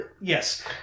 Yes